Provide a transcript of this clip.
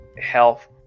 health